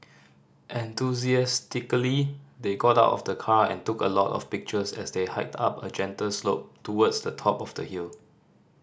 enthusiastically they got out of the car and took a lot of pictures as they hiked up a gentle slope towards the top of the hill